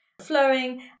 flowing